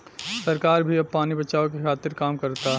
सरकार भी अब पानी बचावे के खातिर काम करता